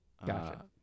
Gotcha